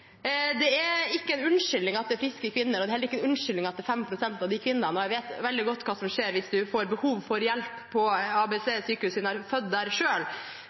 Det er ikke er en unnskyldning at det er friske kvinner, og det er heller ikke en unnskyldning at det er 5 pst. av de fødende kvinnene. Jeg vet veldig godt hva som skjer hvis man får behov for hjelp på et ABC-sykehus, siden jeg har født der